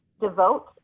devote